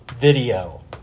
video